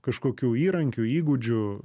kažkokių įrankių įgūdžių